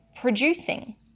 producing